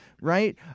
right